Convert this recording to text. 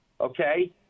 okay